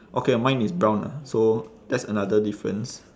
okay mine is brown ah so that's another difference